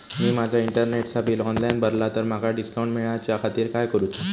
मी माजा इंटरनेटचा bill online भरला तर माका डिस्काउंट मिलाच्या खातीर काय करुचा?